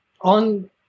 on